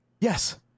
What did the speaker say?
Yes